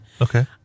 Okay